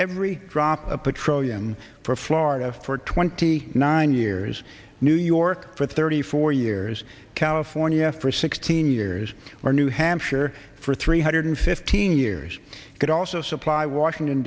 every drop of petroleum for florida for twenty nine years new york for thirty four years california for sixteen years or new hampshire for three hundred fifteen years could also supply washington